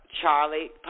Charlie